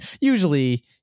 Usually